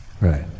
Right